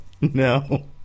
No